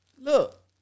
Look